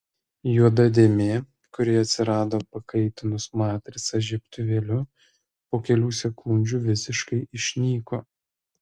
juoda dėmė kuri atsirado pakaitinus matricą žiebtuvėliu po kelių sekundžių visiškai išnyko